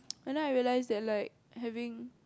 and then I realise that like having